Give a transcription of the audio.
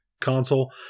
console